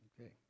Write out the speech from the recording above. Okay